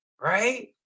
right